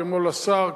כמו לשר,